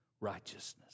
righteousness